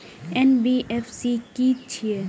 NBFC की हे छे?